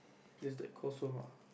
just that cost